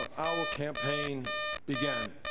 our campaign began.